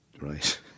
right